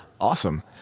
Awesome